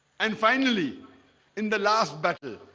and finally in the last battle.